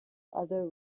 other